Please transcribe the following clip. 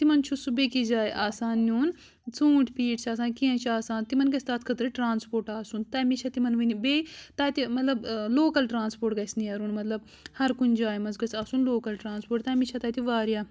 تِمن چھُ سُہ بیٚیِس جایہِ آسان نِیُن ژوٗنٛٹھۍ پیٖٹ چھِ آسان کیٚنٛہہ چھِ آسان تِمن گَژھِ تَتھ خٲطرٕ ٹرٛانٕسپورٹ آسُن تَمی چھِ تِمَن وُنہِ بیٚیہِ تتہِ مطلب لوٗکل ٹرٛانٕسپورٹ گَژھِ نیرُن مطلب ہر کُنہِ جایہِ منٛز گَژھِ آسُن لوکل ٹرٛانٕسپورٹ تَمی چھِ تَتہِ واریاہ